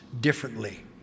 differently